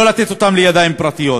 ולא לתת אותם לידיים פרטיות.